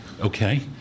Okay